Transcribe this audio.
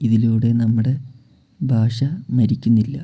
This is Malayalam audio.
ഇതിലൂടെ നമ്മുടെ ഭാഷ മരിക്കുന്നില്ല